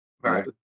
right